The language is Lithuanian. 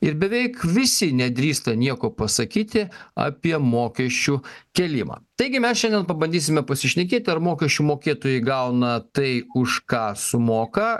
ir beveik visi nedrįsta nieko pasakyti apie mokesčių kėlimą taigi mes šiandien pabandysime pasišnekėt ar mokesčių mokėtojai gauna tai už ką sumoka